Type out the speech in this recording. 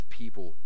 people